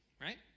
Right